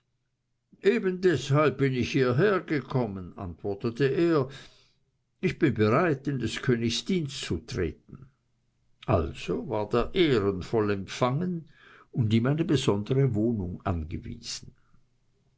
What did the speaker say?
eben deshalb bin ich hierher gekommen antwortete er ich bin bereit in des königs dienste zu treten also ward er ehrenvoll empfangen und ihm eine besondere wohnung angewiesen